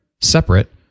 separate